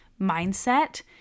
mindset